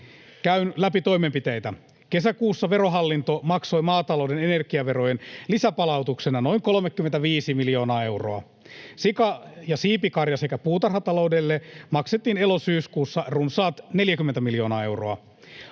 Käyn läpi toimenpiteitä: Kesäkuussa Verohallinto maksoi maatalouden energiaverojen lisäpalautuksena noin 35 miljoonaa euroa. Sika- ja siipikarja- sekä puutarhataloudelle maksettiin elo-syyskuussa runsaat 40 miljoonaa euroa.